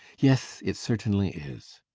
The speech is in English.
yes, it certainly is.